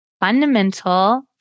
fundamental